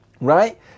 right